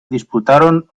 disputaron